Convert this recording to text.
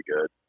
good